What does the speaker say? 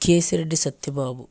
Kesireddy Sattibabu